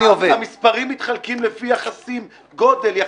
המספרים מתחלקים לפי יחסי הגודל.